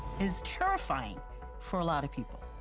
is terrifying for a lot of people.